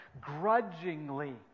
grudgingly